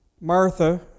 Martha